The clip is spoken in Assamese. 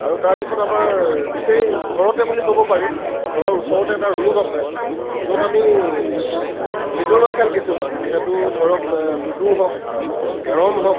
আৰু তাৰপিছত আমাৰ নিচেই ঘৰতে বুলি ক'ব পাৰি ঘৰৰ ওচৰতে এটা ৰুম আছে য'ত আমি ভিতৰুৱা খেল কিছুমান যিহেতু ধৰক লুডু হওক কেৰম হওক